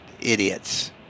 idiots